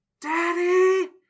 daddy